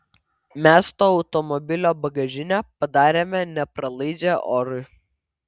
mes to automobilio bagažinę padarėme nepralaidžią orui